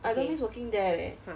I don't miss working there leh